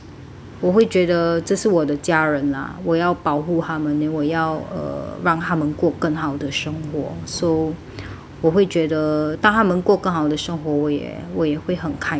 我会觉得这是我的家人啦我要保护他们 then 我要 uh 让他们过更好的生活 so 我会觉得当他们过更好的生活我也我也会很开心